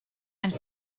and